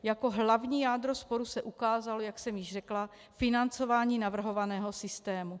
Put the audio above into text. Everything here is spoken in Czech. Jako hlavní jádro sporu se ukázalo, jak jsem již řekla, financování navrhovaného systému.